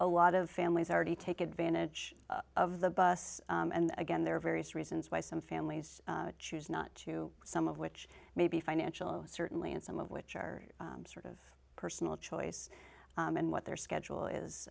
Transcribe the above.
a lot of families already take advantage of the bus and again there are various reasons why some families choose not to some of which may be financial certainly and some of which are sort of personal choice and what their schedule is